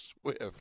Swift